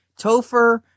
Topher